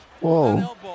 Whoa